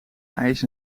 ijs